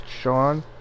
Sean